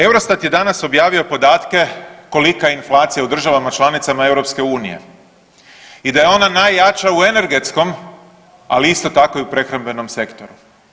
Eurostat je danas objavio podatke kolika je inflacija u državama članicama EU i da je ona najjača u energetskom ali isto tako i u prehrambenom sektoru.